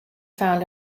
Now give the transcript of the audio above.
found